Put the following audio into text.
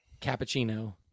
cappuccino